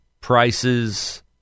prices